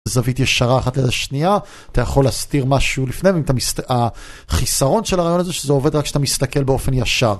זווית ישרה אחת אל השנייה, אתה יכול להסתיר משהו לפני ואתה... החיסרון של הרעיון הזה שזה עובד רק כשאתה מסתכל באופן ישר.